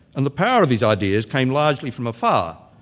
and the power of his ideas came largely from afar,